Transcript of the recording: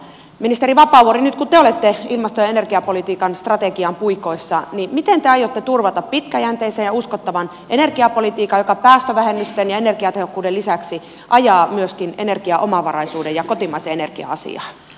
ministeri vapaavuori nyt kun te olette ilmasto ja energiapolitiikan strategian puikoissa miten te aiotte turvata pitkäjänteisen ja uskottavan energiapolitiikan joka päästövähennysten ja energiatehokkuuden lisäksi ajaa myöskin energiaomavaraisuuden ja kotimaisen energian asiaa